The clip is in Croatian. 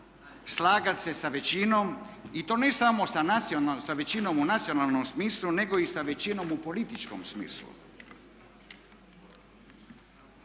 inače, nema želju slagati se sa većinom u nacionalnom smislu nego i sa većinom u političkom smislu.